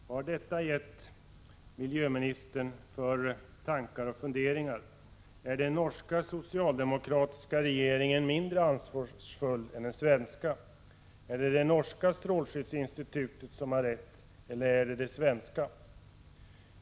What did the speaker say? Vad har detta gett miljöministern för tankar och funderingar? Är den norska socialdemokratiska regeringen mindre ansvarsfull än den svenska? Är det det norska strålskyddsinstitutet som har rätt, eller det svenska?